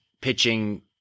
pitching